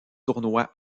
tournoi